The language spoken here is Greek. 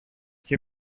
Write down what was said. και